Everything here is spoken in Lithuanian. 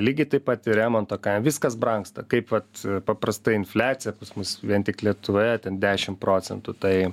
lygiai taip pat ir remonto viskas brangsta kaip vat paprasta infliacija pas mus vien tik lietuvoje ten dešim procentų tai